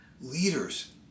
Leaders